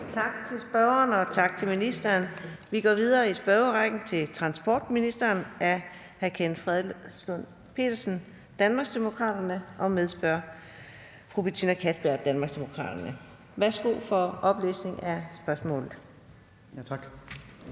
Tak til spørgeren, og tak til ministeren. Vi går videre med spørgsmål til transportministeren af hr. Kenneth Fredslund Petersen, Danmarksdemokraterne, og medspørgeren, fru Betina Kastbjerg, Danmarksdemokraterne. Kl. 16:00 Spm. nr.